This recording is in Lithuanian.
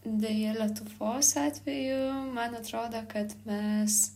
deja lietuvos atveju man atrodo kad mes